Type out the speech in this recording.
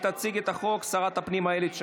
תציג את החוק שרת הפנים אילת שקד,